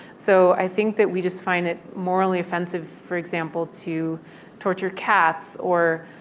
so i think that we just find it morally offensive, for example, to torture cats. or,